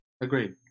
Agreed